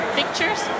pictures